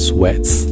Sweats 》 。